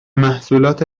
محصولات